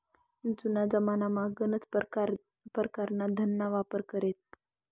जुना जमानामा गनच परकारना धनना वापर करेत